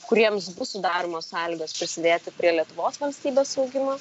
kuriems bus sudaromos sąlygos prisidėti prie lietuvos valstybės augimo